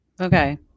Okay